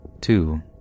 Two